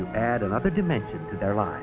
to add another dimension to their line